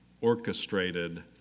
orchestrated